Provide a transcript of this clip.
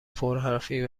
پرحرفی